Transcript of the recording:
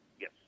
Yes